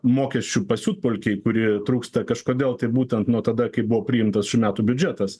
mokesčių pasiutpolkėj kuri trūksta kažkodėl būtent nuo tada kai buvo priimtas šių metų biudžetas